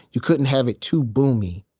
you couldn't have it too boomy